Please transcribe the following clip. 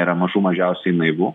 yra mažų mažiausiai naivu